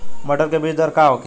मटर के बीज दर का होखे?